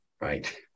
Right